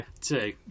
Two